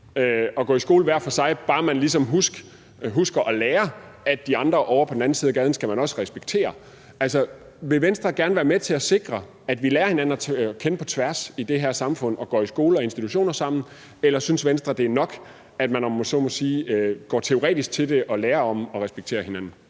at gå i skole hver for sig, bare man ligesom husker at lære, at de andre ovre på den anden side af gaden skal man også respektere. Vil Venstre gerne være med til at sikre, at vi lærer hinanden at kende på tværs i det her samfund og går i skole og institutioner sammen, eller synes Venstre, det er nok, at man, om man så må sige, går teoretisk til det at lære om og respektere hinanden?